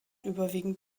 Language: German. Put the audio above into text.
überwiegend